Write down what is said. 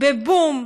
בבום.